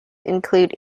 include